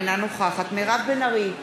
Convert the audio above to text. אינה נוכחת מירב בן ארי,